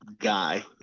guy